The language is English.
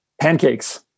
pancakes